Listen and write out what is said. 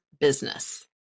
business